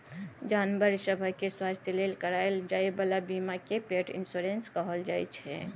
जानबर सभक स्वास्थ्य लेल कराएल जाइ बला बीमा केँ पेट इन्स्योरेन्स कहल जाइ छै